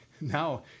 Now